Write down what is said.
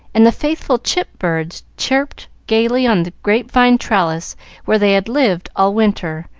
and the faithful chip birds chirped gayly on the grapevine trellis where they had lived all winter,